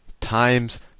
times